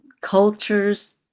cultures